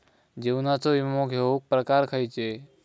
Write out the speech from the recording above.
जीवनाचो विमो घेऊक प्रकार खैचे?